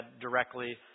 directly